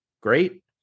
great